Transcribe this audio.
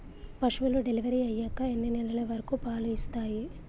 పశువులు డెలివరీ అయ్యాక ఎన్ని నెలల వరకు పాలు ఇస్తాయి?